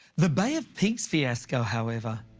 the bay of pigs fiasco, however,